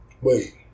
Wait